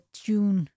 tune